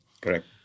Correct